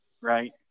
right